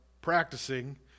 practicing